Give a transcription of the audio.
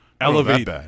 elevate